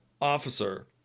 Officer